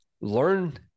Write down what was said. learn